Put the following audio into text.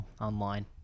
online